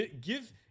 give